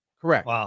Correct